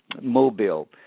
Mobile